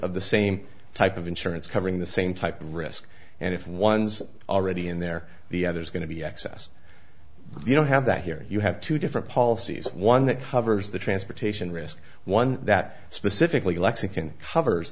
of the same type of insurance covering the same type of risk and if one's already in there the other is going to be excess but you don't have that here you have two different policies one that covers the transportation risk one that specifically lexington covers